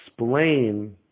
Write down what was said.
explain